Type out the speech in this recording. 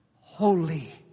Holy